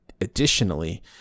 additionally